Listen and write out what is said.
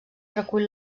recull